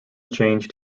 changed